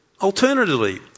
alternatively